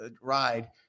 ride